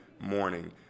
morning